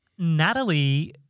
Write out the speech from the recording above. Natalie